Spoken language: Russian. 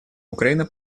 украина